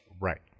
Right